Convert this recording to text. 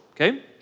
okay